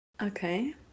Okay